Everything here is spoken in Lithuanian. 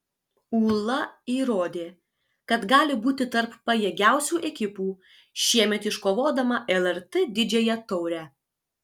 ūla įrodė kad gali būti tarp pajėgiausių ekipų šiemet iškovodama lrt didžiąją taurę